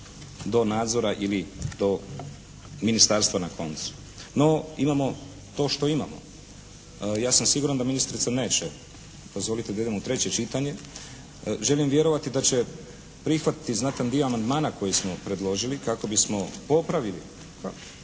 do nadzora ili do Ministarstva na koncu. No imamo to što imamo. Ja sam siguran da ministrica neće dozvoliti da idemo u treće čitanje. Želim vjerovati da će prihvatiti znatan dio amandmana koji smo predložili kako bismo popravili, pa